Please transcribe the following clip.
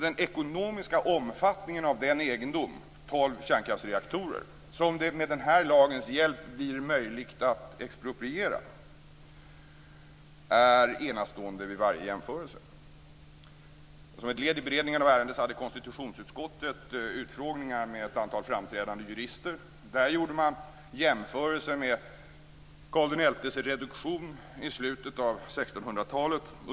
Den ekonomiska omfattningen av den egendom - de tolv kärnkraftsreaktorer som det med den här lagens hjälp blir möjligt att expropriera - är enastående vid varje jämförelse. Som ett led i beredningen av ärendet hade konstitutionsutskottet utfrågningar med ett antal framträdande jurister. Man gjorde där jämförelser med Karl XI:s reduktion i slutet av 1600-talet.